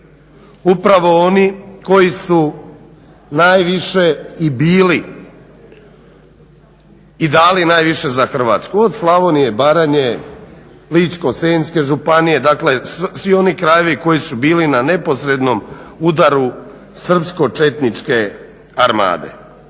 upravo oni koji su najviše i bili i dali najviše za Hrvatsku, od Slavonije, Baranje, Ličko-senjske županije, dakle svi oni krajevi koji su bili na neposrednom udaru srpsko-četničke armade.